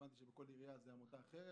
הבנתי שבכל עירייה זו עמותה אחרת